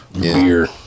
Beer